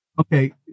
Okay